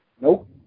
Nope